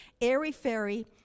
airy-fairy